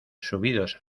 subidos